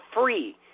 free